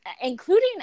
including